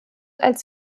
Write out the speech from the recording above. als